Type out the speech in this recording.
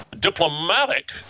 diplomatic